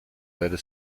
letter